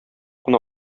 кына